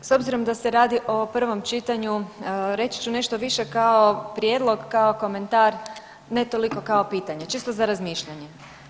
S obzirom da se radi o prvom čitanju reći ću nešto više kao prijedlog, kao komentar ne toliko kao pitanje, čisto za razmišljanje.